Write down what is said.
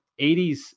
80s